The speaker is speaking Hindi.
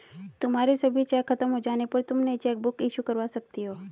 तुम्हारे सभी चेक खत्म हो जाने पर तुम नई चेकबुक इशू करवा सकती हो